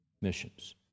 missions